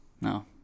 No